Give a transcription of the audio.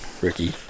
Ricky